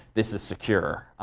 this is secure.